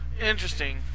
Interesting